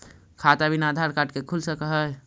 खाता बिना आधार कार्ड के खुल सक है?